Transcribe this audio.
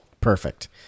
Perfect